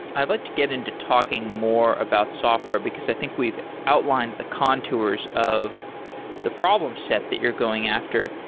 i'd like to get into talking more about software, because i think we've outlined the contours of the problem set that you're going after.